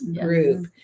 group